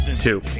two